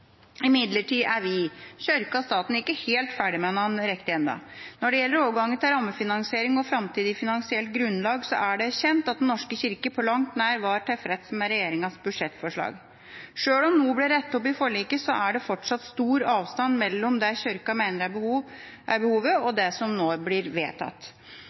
Imidlertid er kirken og staten ikke helt ferdig med hverandre riktig ennå. Når det gjelder overgangen til rammefinansiering og framtidig finansielt grunnlag, er det kjent at Den norske kirke på langt nær var tilfreds med regjeringas budsjettforslag. Selv om noe ble rettet opp i forliket, er det fortsatt stor avstand mellom det som kirken mener er behovet, og det som nå blir vedtatt.